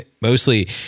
mostly